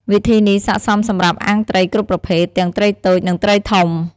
វិធីនេះស័ក្តិសមសម្រាប់អាំងត្រីគ្រប់ប្រភេទ ទាំងត្រីតូច និងត្រីធំ។